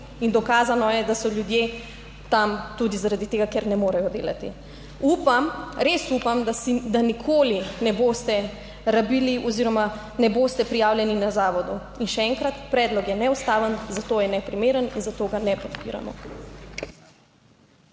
in dokazano je, da so ljudje tam tudi zaradi tega, ker ne morejo delati. Upam, res upam, da nikoli ne boste rabili oziroma ne boste prijavljeni na zavodu. Še enkrat, predlog je neustaven, zato je neprimeren in zato ga ne podpiramo.